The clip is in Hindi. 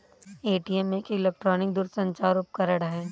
ए.टी.एम एक इलेक्ट्रॉनिक दूरसंचार उपकरण है